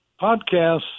podcasts